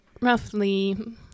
roughly